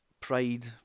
pride